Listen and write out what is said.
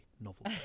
novel